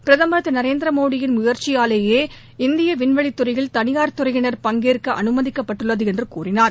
பிரதமர் திரு நரேந்திர மோடியின் முயற்சியாலேயே இந்திய விண்வெளி துறையில் தனியார் துறையினர் பங்கேற்க அனுமதிக்கப்பட்டுள்ளது என்று கூறினார்